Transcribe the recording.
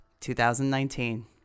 2019